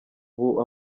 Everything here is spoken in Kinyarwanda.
ubu